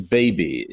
baby